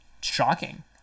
shocking